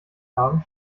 haben